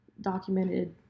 documented